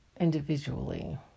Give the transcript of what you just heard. individually